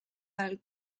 del